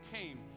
came